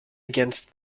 against